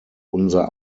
unser